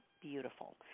beautiful